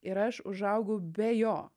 ir aš užaugau be jo